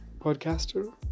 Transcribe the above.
podcaster